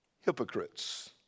hypocrites